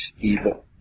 evil